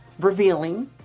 revealing